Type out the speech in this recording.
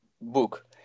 book